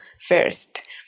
first